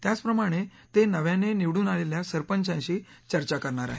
त्याचप्रमाणे ते नव्याने निवडून आलेल्या सरपंचांशी चर्चा करणार आहेत